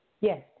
Yes